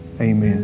Amen